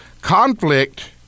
conflict